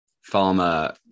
Farmer